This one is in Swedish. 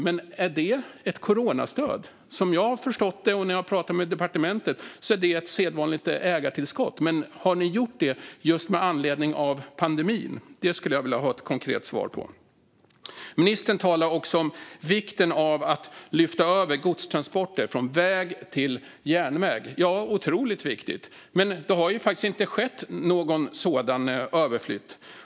Men är det ett coronastöd? Som jag har förstått det när jag har pratat med departementet är det ett sedvanligt ägartillskott. Men har ni gjort det just med anledning av pandemin? Det skulle jag vilja ha ett konkret svar på. Ministern talar också om vikten av att lyfta över godstransporter från väg till järnväg. Ja, det är otroligt viktigt. Men det har faktiskt inte skett någon sådan överflyttning.